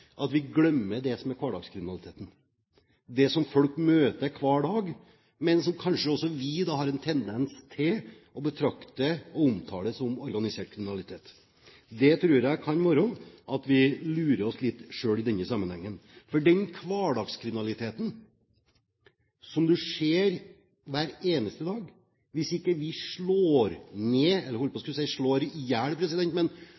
at vi glemmer det som er hverdagskriminaliteten – den som folk møter hver dag, men som vi også kanskje har en tendens til å betrakte og omtale som organisert kriminalitet. Der tror jeg det kan være at vi lurer oss selv litt i denne sammenhengen. For hvis ikke vi slår ned på – jeg holdt på å si slår